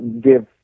Give